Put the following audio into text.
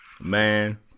Man